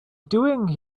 doing